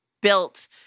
built